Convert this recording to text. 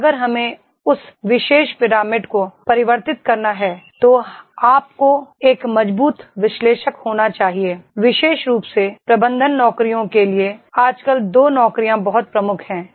अगर हमें उस विशेष पिरामिड को परिव र्तित करना है तो आपको एक मजबूत विश्लेषक होना चाहिए विशेष रूप से प्रबंधन नौकरियों के लिए आजकल दो नौकरियां बहुत प्रमुख हैं